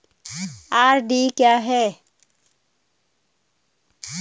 RD क्या है?